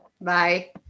Bye